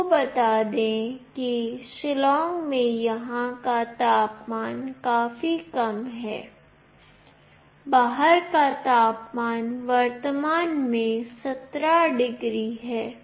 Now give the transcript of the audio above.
आपको बता दें कि शिलांग में यहाँ का तापमान काफी कम है बाहर का तापमान वर्तमान में 17 डिग्री है